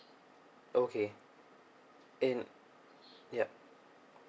okay and yup